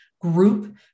group